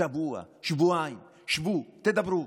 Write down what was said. שבוע, שבועיים, שבו, תדברו.